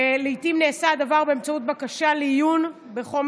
לעיתים נעשה הדבר באמצעות בקשה לעיון בחומר